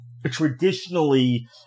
traditionally